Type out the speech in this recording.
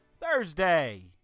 Thursday